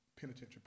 penitentiary